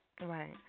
Right